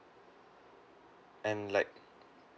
and like